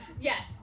yes